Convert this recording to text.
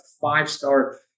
five-star